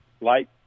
light